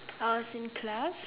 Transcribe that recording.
I was in class